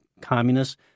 communists